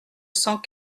cent